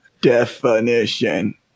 definition